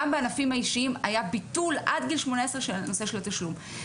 גם בענפים האישיים היה ביטול עד גיל 18 של הנושא של התשלום.